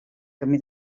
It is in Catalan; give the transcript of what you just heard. camí